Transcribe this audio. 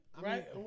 Right